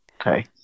Okay